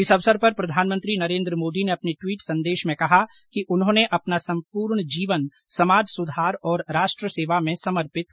इस अवसर पर प्रधानमंत्री नरेन्द्र मोदी ने अपने ट्वीट संदेश में कहा कि उन्होंने अपना संपूर्ण जीवन समाज सुधार और राष्ट्र सेवा में समर्पित कर दिया